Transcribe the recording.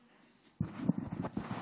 אדוני היושב-ראש, חבריי חברי הכנסת, שמעתי רוב